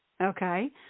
Okay